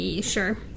Sure